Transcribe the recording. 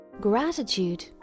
Gratitude